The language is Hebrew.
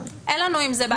אין לנו בעיה עם זה.